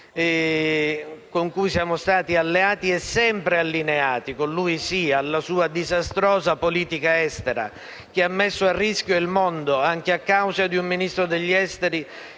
con cui siamo stati alleati e sempre allineati alla sua disastrosa politica estera che ha messo a rischio il mondo, anche a causa di un Ministro degli esteri